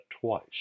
twice